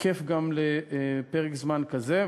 תקף גם לפרק זמן כזה.